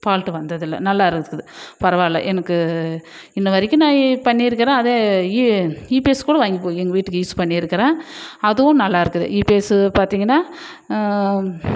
fault வந்ததில்லை நல்லா இருக்குது பரவாயில்ல எனக்கு இன்னை வரைக்கும் நான் பண்ணிருக்கறேன் அதே இபிஎஸ் கூட வாங்கிகிட்டு போய் எங்கள் வீட்டுக்கு யூஸ் பண்ணிருக்கறேன் அதுவும் நல்லாயிருக்குது இபிஎஸ்சு பார்த்திங்கனா